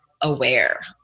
aware